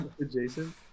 Adjacent